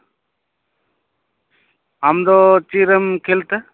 ᱟᱢ ᱫᱚ ᱪᱮᱫᱨᱮᱢ ᱠᱷᱮᱞᱛᱮ